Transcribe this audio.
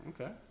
Okay